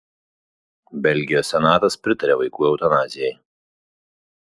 belgijos senatas pritarė vaikų eutanazijai